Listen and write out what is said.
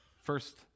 first